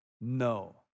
no